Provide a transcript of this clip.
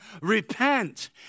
repent